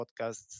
podcasts